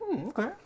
okay